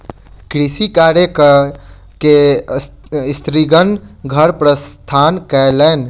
कृषि कार्य कय के स्त्रीगण घर प्रस्थान कयलैन